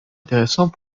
intéressant